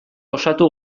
osatu